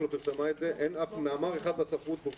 אין אף מאמר אחד בספרות ויש